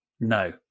No